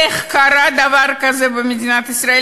איך קרה דבר כזה במדינת ישראל?